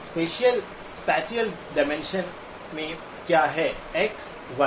spatial dimension में क्या है x y